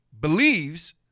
believes